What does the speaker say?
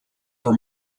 for